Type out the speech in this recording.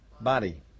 body